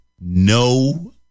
no